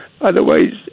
otherwise